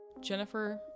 Jennifer